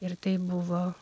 ir tai buvo